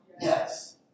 Yes